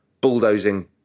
bulldozing